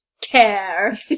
care